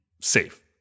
safe